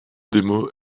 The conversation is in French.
démos